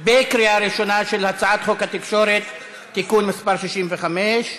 בקריאה ראשונה על הצעת חוק התקשורת (בזק ושידורים) (תיקון מס' 65)